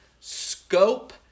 Scope